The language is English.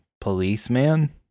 policeman